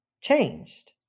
changed